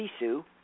Sisu